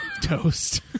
Toast